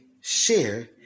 share